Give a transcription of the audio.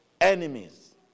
enemies